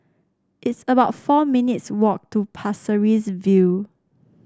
it's about four minutes' walk to Pasir Ris View